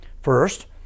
First